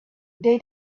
they